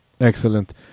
Excellent